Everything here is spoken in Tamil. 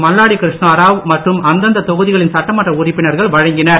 மல்லாடி கிருஷ்ணராவ் மற்றும் அந்தந்த தொகுதிகளின் சட்டமன்ற உறுப்பினர்கள் வழங்கினர்